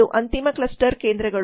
ಅದು ಅಂತಿಮ ಕ್ಲಸ್ಟರ್ ಕೇಂದ್ರಗಳು